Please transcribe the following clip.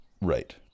right